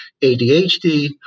ADHD